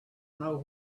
know